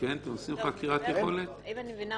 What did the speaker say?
אם אני מבינה,